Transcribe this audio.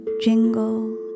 jingle